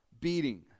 beating